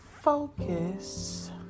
focus